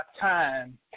time